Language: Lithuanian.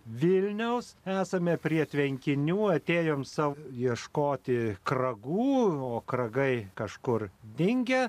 vilniaus esame prie tvenkinių atėjome sau ieškoti ragų o ragai kažkur dingę